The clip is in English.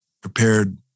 prepared